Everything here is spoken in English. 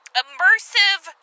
immersive